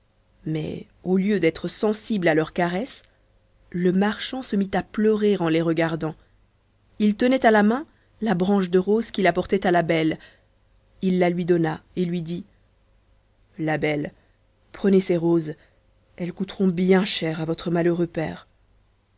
mais au lieu d'être sensible à leurs caresses le marchand se mit à pleurer en les regardant il tenait à la main la branche de roses qu'il apportait à la belle il la lui donna et lui dit la belle prenez ces roses elles coûteront bien cher à votre malheureux père